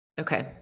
Okay